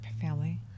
family